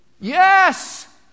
Yes